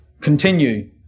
continue